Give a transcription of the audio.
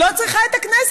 היא לא צריכה את הכנסת.